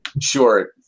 sure